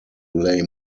lay